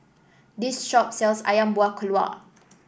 this shop sells ayam Buah Keluak